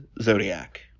Zodiac